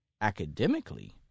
academically